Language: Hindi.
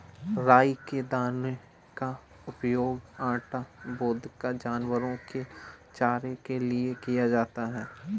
राई के दाने का उपयोग आटा, वोदका, जानवरों के चारे के लिए किया जाता है